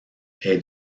est